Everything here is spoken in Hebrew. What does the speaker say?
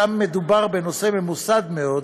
שם מדובר בנושא ממוסד מאוד,